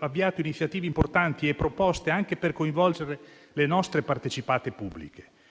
avviato iniziative importanti e proposte anche per coinvolgere le nostre partecipate pubbliche.